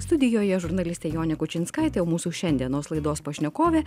studijoje žurnalistė jonė kučinskaitė o mūsų šiandienos laidos pašnekovė